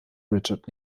richard